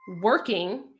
working